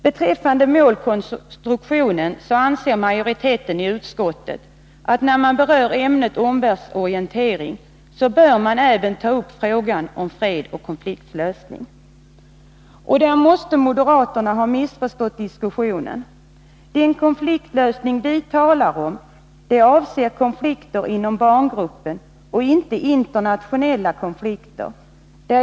Beträffande målkonstruktionen anser majoriteten i utskottet att när man berör ämnet omvärldsorientering bör man även ta upp frågan om fred och konfliktlösning. Moderaterna måste här ha missförstått diskussionen. Den konfliktlösning vi talar om avser konflikter inom barngruppen och inte internationella konflikter.